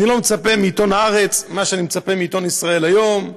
אני לא מצפה מעיתון הארץ מה שאני מצפה מעיתון ישראל היום.